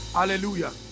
Hallelujah